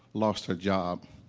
lost her job.